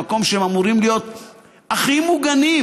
למקום שבו הם אמורים להיות הכי מוגנים,